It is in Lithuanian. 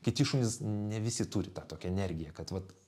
kiti šunys ne visi turi tą tokią energiją kad vat